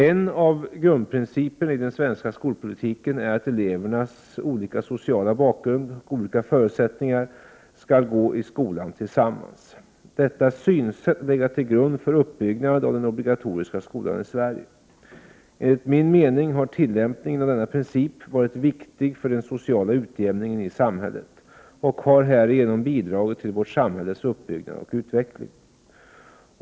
En av grundprinciperna i den svenska skolpolitiken är att elever med olika social bakgrund och olika förutsättningar skall gå i skolan tillsammans. Detta synsätt har legat till grund för uppbyggnaden av den obligatoriska skolan i Sverige. Enligt min mening har tillämpningen av denna princip varit viktig för den sociala utjämningen i samhället och har härigenom bidragit till vårt samhälles uppbyggnad och utveckling.